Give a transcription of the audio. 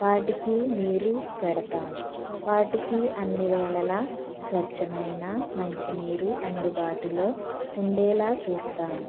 వాటికి నీరు పెడతాను వాటికి అన్ని వేళలా స్వచ్ఛమైన మంచి నీరు అందుబాటులో ఉండేలా చూస్తాను